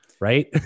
Right